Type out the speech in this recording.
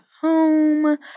home